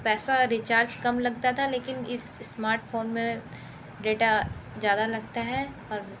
पैसा रिचार्ज कम लगता था लेकिन इस स्मार्टफोन में डेटा ज़्यादा लगता है पर